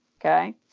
okay